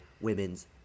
women's